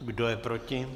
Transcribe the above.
Kdo je proti?